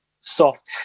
soft